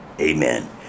Amen